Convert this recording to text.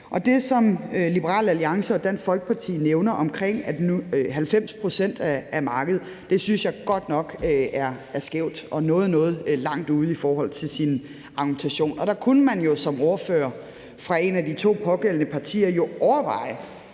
Det, som Liberal Alliance og Dansk Folkeparti nævner omkring 90 pct. af markedet, synes jeg godt nok er skævt og noget langt ude i forhold til sin argumentation. Der kunne man jo som ordfører fra en af de to pågældende partier overveje,